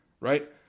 right